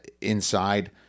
inside